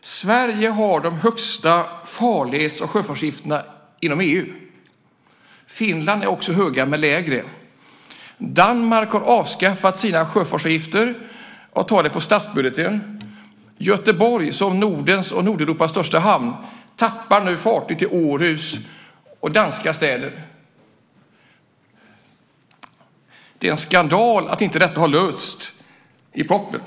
Sverige har de högsta farleds och sjöfartsavgifterna inom EU. Finland har också höga avgifter, men de är lägre än i Sverige. Danmark har avskaffat sina sjöfartsavgifter och tar kostnaderna på statsbudgeten. Göteborg, som Nordens och Nordeuropas största hamn, tappar nu fartyg till Århus och andra danska städer. Det är en skandal att detta inte har lösts i propositionen.